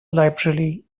library